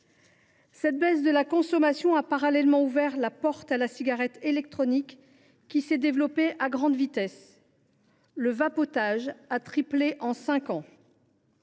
Cette baisse de la consommation a parallèlement ouvert la porte à la cigarette électronique, qui s’est développée à grande vitesse : le vapotage a triplé en cinq ans.